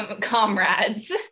comrades